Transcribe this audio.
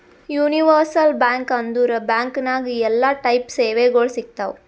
universal bank ಅಂದುರ್ bank ನಾಗ್ ಎಲ್ಲಾ ಟೈಪ್ ಸೇವೆಗೊಳ್ ಸಿಗ್ತಾವ್